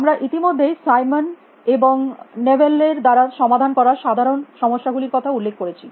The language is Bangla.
আমরা ইতিমধ্যেই সাইমন এবং নেবেল এর দ্বারা সমাধান করা সাধারণ সমস্যা গুলির কথা উল্লেখ করেছি